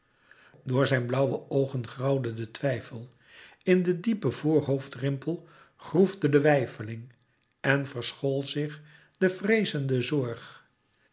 door zijn blauwe oogen grauwde de twijfel in de diepe voorhoofdrimpels groefde de weifeling en verschool zich de vreezende zorg